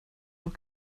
noch